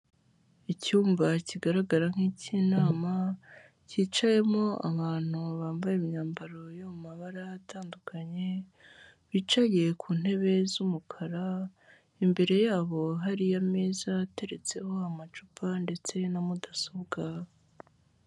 Icyumba kigaragara nk'ik'inama cyicayemo abantu bambaye imyambaro yo mu mabara atandukanye, bicaye ku ntebe z'umukara, imbere yabo hari ameza ateretseho amacupa ndetse na mudasobwa.